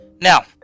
Now